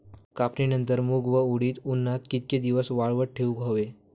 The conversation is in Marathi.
कापणीनंतर मूग व उडीद उन्हात कितके दिवस वाळवत ठेवूक व्हये?